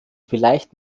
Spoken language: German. vielleicht